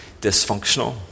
dysfunctional